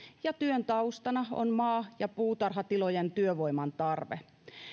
ja työn taustana on maa ja puutarhatilojen työvoiman tarve